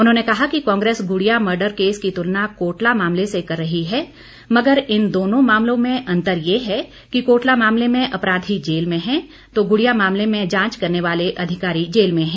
उन्होंने कहा कि कांग्रेस गुड़िया मर्डर केस की तुलना कोटला मामले से कर रही है मगर इन दोनों मामलों में अंतर यह है कि कोटला मामले में अपराधी जेल में है तो गुड़िया मामले में जांच करने वाले अधिकारी जेल में हैं